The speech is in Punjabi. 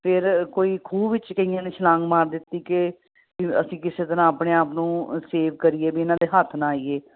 ਫਿਰ ਕੋਈ ਖੂਹ ਵਿੱਚ ਕਈਆਂ ਨੇ ਛਲਾਂਗ ਮਾਰ ਦਿੱਤੀ ਕਿ ਅਸੀਂ ਕਿਸੇ ਤਰ੍ਹਾਂ ਆਪਣੇ ਆਪ ਨੂੰ ਅ ਸੇਵ ਕਰੀਏ ਵੀ ਇਹਨਾਂ ਦੇ ਹੱਥ ਨਾ ਆਈਏ